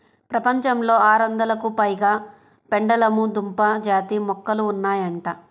ప్రపంచంలో ఆరొందలకు పైగా పెండలము దుంప జాతి మొక్కలు ఉన్నాయంట